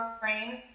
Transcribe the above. brain